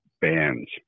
bands